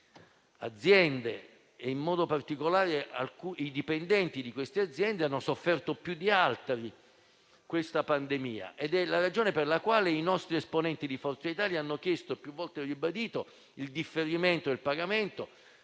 alcune aziende e, in modo particolare, i loro dipendenti hanno sofferto più di altri la pandemia. È la ragione per la quale i nostri esponenti di Forza Italia hanno chiesto e più volte ribadito il differimento del pagamento.